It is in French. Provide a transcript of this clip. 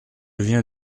vient